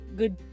good